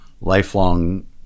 lifelong